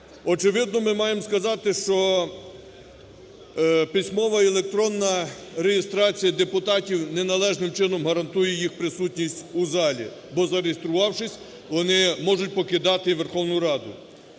Очевидно, ми маємо сказати, що письмова і електронна реєстрація депутатів неналежним чином гарантує їх присутність у залі. Бо, зареєструвавшись, вони можуть покидати Верховну Раду.